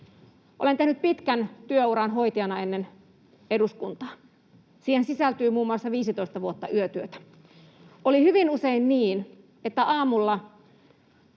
Olen tehnyt pitkän työuran hoitajana ennen eduskuntaa. Siihen sisältyy muun muassa 15 vuotta yötyötä. Oli hyvin usein niin, että aamulla